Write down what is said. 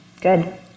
Good